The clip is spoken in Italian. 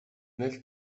nel